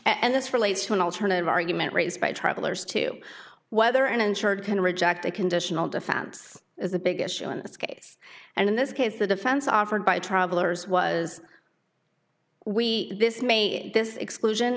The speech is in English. and this relates to an alternative argument raised by travelers to whether an insured can reject a conditional defense is a big issue in this case and in this case the defense offered by travellers was we this may this exclusion